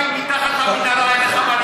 מתחת למנהרה, אין לך מה לדאוג.